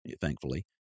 thankfully